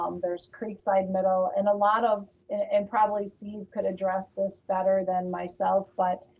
um there's creekside middle, and a lot of, and probably steve could address this better than myself, but